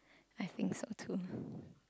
I think so too